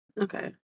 Okay